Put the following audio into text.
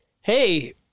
Hey